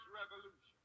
revolution